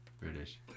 British